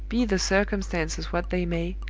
be the circumstances what they may,